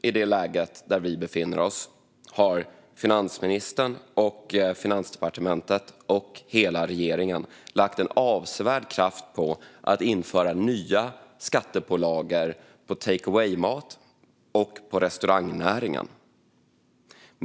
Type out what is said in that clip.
I det läge vi befinner oss i just nu har finansministern, Finansdepartementet och hela regeringen lagt avsevärd kraft på att införa nya skattepålagor på take away-mat och på restaurangnäringen.